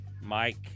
mike